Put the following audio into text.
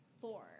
four